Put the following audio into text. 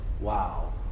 wow